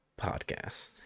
podcast